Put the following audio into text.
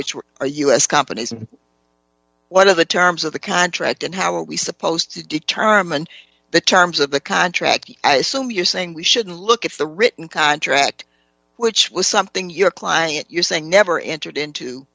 which were u s companies and what are the terms of the contract and how are we supposed to determine the terms of the contract so you're saying we shouldn't look at the written contract which was something your client you're saying never entered into